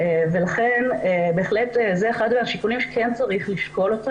לכן בהחלט זה אחד השיקולים שכן צריך לשקול.